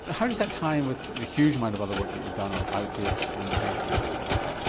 how does that tie in with the huge amount of other work that you've done on out-groups and prejudice?